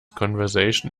conversation